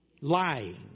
lying